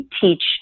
teach